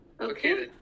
Okay